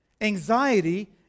anxiety